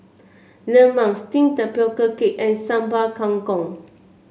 lemang steamed Tapioca Cake and Sambal Kangkong